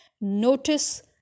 notice